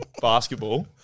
basketball